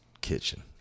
Kitchen